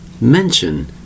Mention